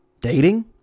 Dating